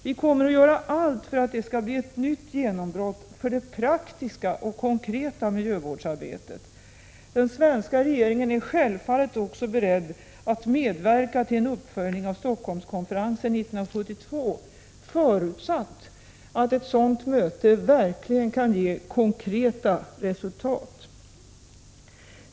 Vi kommer att göra allt för att det skall bli ett nytt genombrott för det praktiska och konkreta miljövårdsarbetet. Den svenska regeringen är självfallet också beredd att medverka till en uppföljning av Stockholmskonferensen 1972 — förutsatt att ett sådant möte verkligen kan ge konkreta resultat!